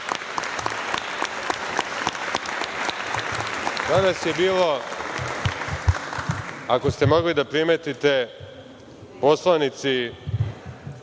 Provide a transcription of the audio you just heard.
sata. Danas je bilo, ako ste mogli da primetite, poslanici